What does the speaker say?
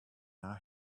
are